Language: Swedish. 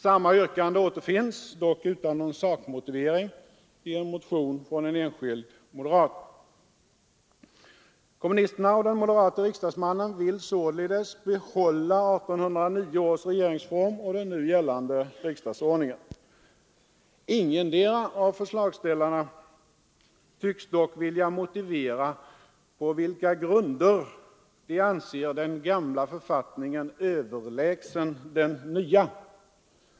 Samma yrkande återfinns — dock utan någon sakmotivering — i en motion från en enskild moderat. Kommunisterna och den moderate riksdagsmannen vill således behålla 1809 års regeringsform och den nu gällande riksdagsordningen. Ingendera av förslagsställarna tycks dock vilja motivera på vilka grunder man anser den gamla författningen överlägsen den nya.